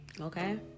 Okay